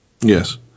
Yes